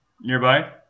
nearby